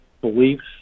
beliefs